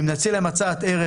אם נציע להם הצעת ערך,